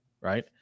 Right